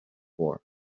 war